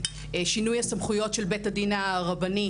שינוי הסמכויות של בית הדין הרבני,